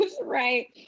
right